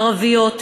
ערביות,